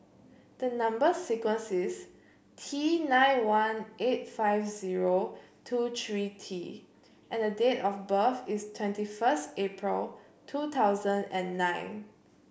the number sequence is T nine one eight five zero two three T and date of birth is twenty first April two thousand and nine